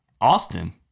Austin